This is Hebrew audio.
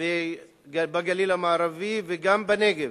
בגליל המערבי, וגם בנגב